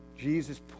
Jesus